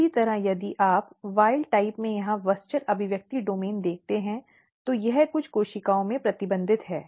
इसी तरह यदि आप जंगली प्रकार में यहां WUSCHEL अभिव्यक्ति डोमेन देखते हैं तो यह कुछ कोशिकाओं में प्रतिबंधित है